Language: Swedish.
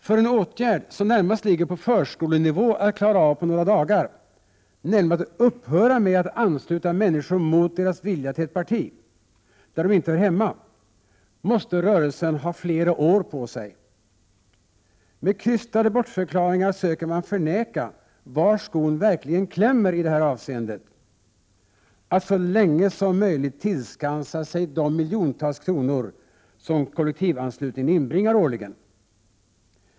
För en åtgärd, som närmast ligger på förskolenivå att klara av på några dagar, nämligen att upphöra med att ansluta människor mot deras vilja till ett parti där de inte hör hemma, måste rörelsen ha flera år på sig. Med krystade bortförklaringar söker man förneka var skon verkligen klämmer i det här avseendet — att så länge som möjligt tillskansa sig de miljontals kronor som kollektivanslutningen inbringar årligen.